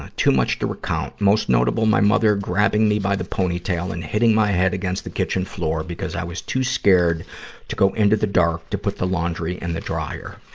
ah too much to recount. most notable, my mother grabbing me by the pony tail and hitting my head against the kitchen floor because i was too scared to go into the dark to put the laundry in and the dryer.